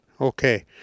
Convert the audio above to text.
Okay